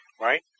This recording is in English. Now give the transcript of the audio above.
right